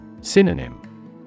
Synonym